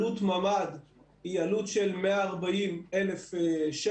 עלות ממ"ד היא עלות של 140,000 שקלים.